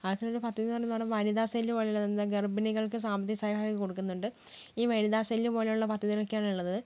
ആശ്രിതരുടെ പദ്ധതി എന്നുപറയുമ്പോള് വനിത സെല് പോലെയുള്ള എന്താണ് ഗർഭിണികൾക്ക് സാമ്പത്തിക സഹായമൊക്കെ കൊടുക്കുന്നുണ്ട് ഈ വനിത സെല് പോലെയുള്ള പദ്ധതികളൊക്കെയാണുള്ളത്